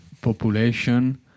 population